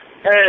Hey